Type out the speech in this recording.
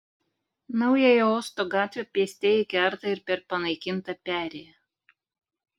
naująją uosto gatvę pėstieji kerta ir per panaikintą perėją